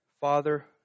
Father